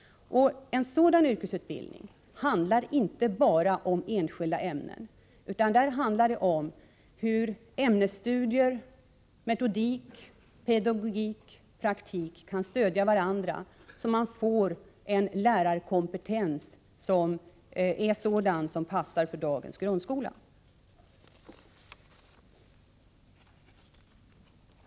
En sådan yrkesutbildning handlar inte bara om enskilda ämnen, utan den handlar också om hur ämnesstudierna — metodik, pedagogik, praktik — kan stödja varandra, så att man får en lärarkompetens som passar för dagens grundskola.